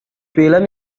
film